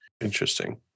Interesting